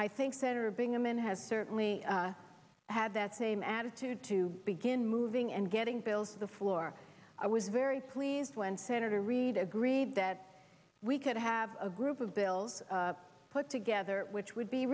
i think senator bingaman has certainly had that same attitude to begin moving and getting bills to the floor i was very pleased when senator reid agreed that we could have a group of bills put together which would be